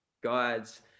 guides